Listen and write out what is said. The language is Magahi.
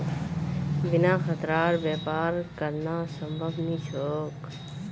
बिना खतरार व्यापार करना संभव नी छोक